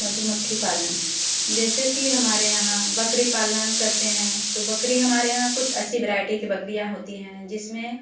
मधुमक्खी पालन जैसे कि हमारे यहाँ बकरी पालन करते हैं तो बकरी हमारे यहाँ कुछ अच्छी वैरायटी की बकरियाँ होती हैं जिसमें